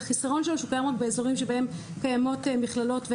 החיסרון שלו הוא שהוא קיים רק במקומות בהם פועלות אוניברסיטאות ומכללות,